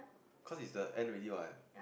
cause its the end already what